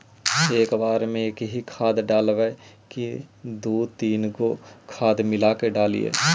एक बार मे एकही खाद डालबय की दू तीन गो खाद मिला के डालीय?